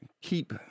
keep